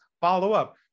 follow-up